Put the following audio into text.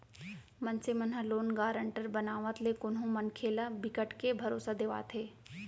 मनसे मन ह लोन गारंटर बनावत ले कोनो मनखे ल बिकट के भरोसा देवाथे